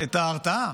את ההרתעה,